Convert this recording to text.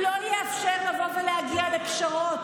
הוא לא יאפשר לבוא ולהגיע לפשרות.